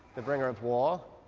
the bringer of war.